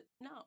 no